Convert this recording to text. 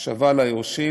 חסון,